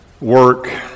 work